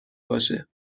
باشه